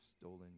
stolen